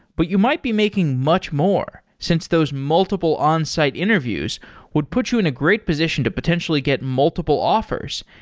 but you might be making much more since those multiple onsite interviews would put you in a great position to potentially get multiple offers,